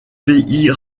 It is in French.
pays